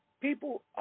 People